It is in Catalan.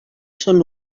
són